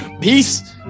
Peace